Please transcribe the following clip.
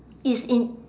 it's in